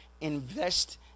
Invest